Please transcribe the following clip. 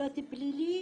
שלא תיפלי לי.